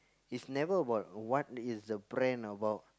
is never about what is the brand about